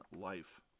life